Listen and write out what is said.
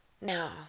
Now